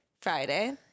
Friday